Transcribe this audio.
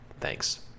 Thanks